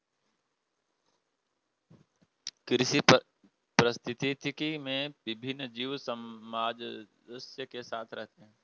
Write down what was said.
कृषि पारिस्थितिकी में विभिन्न जीव सामंजस्य के साथ रहते हैं